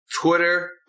twitter